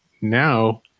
now